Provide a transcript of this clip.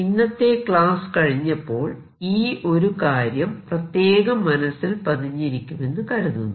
ഇന്നത്തെ ക്ലാസ് കഴിഞ്ഞപ്പോൾ ഈ ഒരു കാര്യം പ്രത്യേകം മനസ്സിൽ പതിഞ്ഞിരിക്കുമെന്നു കരുതുന്നു